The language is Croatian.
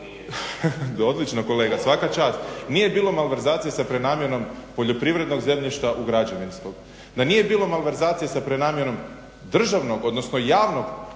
odlično kolega svaka čast, nije bilo malverzacije sa prenamjenom poljoprivrednog zemljišta u građevinsko. Da nije bilo malverzacije sa prenamjenom državnog odnosno javnog